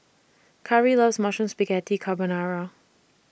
Khari loves Mushroom Spaghetti Carbonara